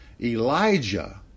Elijah